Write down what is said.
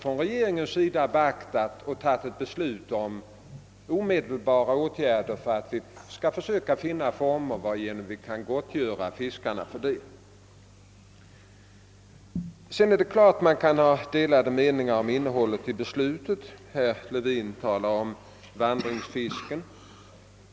Regeringen har beaktat dessa svårigheter och beslutat om omedelbara åtgärder för att söka finna former att gottgöra fiskarna för deras förluster. Det är klart att man kan ha delade meningar om innehållet i beslutet. Herr Levin talar om vandringsfisken.